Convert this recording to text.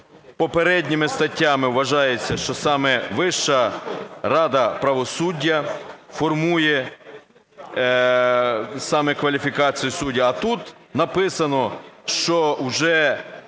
попередніми статтями вважається, що саме Вища рада правосуддя формує саме кваліфікацію судді, а тут написано, що вже